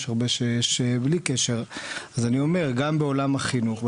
גם בעולם החינוך,